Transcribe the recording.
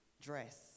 dress